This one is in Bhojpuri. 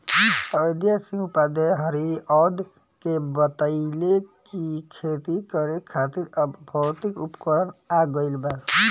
अयोध्या सिंह उपाध्याय हरिऔध के बतइले कि खेती करे खातिर अब भौतिक उपकरण आ गइल बा